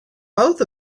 both